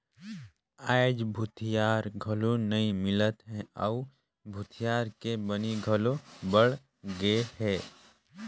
आयज भूथिहार घलो नइ मिलत हे अउ भूथिहार के बनी घलो बड़ गेहे